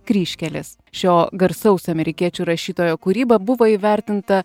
kryžkeles šio garsaus amerikiečių rašytojo kūryba buvo įvertinta